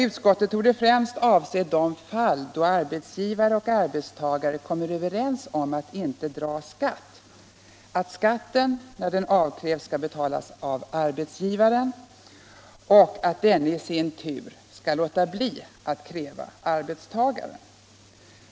Utskottet torde främst avse de fall då arbetsgivare och arbetstagare kommer överens om att inte dra skatt och att skatten, när den avkrävs, skall betalas av arbetsgivaren och att denne i sin tur skall låta bli att kräva arbetstagaren.